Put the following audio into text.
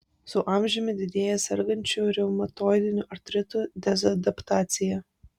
su amžiumi didėja sergančių reumatoidiniu artritu dezadaptacija